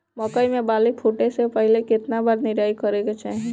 मकई मे बाली फूटे से पहिले केतना बार निराई करे के चाही?